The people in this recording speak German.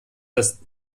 das